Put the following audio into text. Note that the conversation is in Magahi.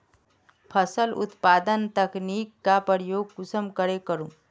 फसल उत्पादन तकनीक का प्रयोग कुंसम करे करूम?